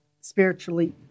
spiritually